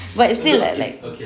but still I like